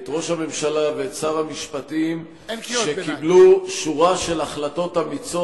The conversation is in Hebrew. את ראש הממשלה ואת שר המשפטים שקיבלו שורה של החלטות אמיצות,